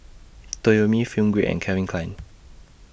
Toyomi Film Grade and Calvin Klein